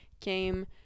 came